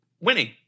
winning